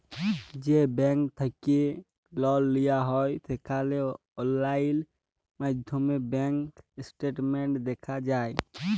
যে ব্যাংক থ্যাইকে লল লিয়া হ্যয় সেখালে অললাইল মাইধ্যমে ব্যাংক ইস্টেটমেল্ট দ্যাখা যায়